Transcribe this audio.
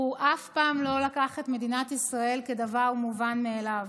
הוא אף פעם לא לקח את מדינת ישראל כדבר מובן מאליו.